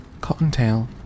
Cottontail